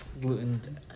Gluten